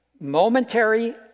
momentary